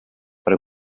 fare